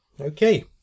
Okay